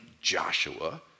Joshua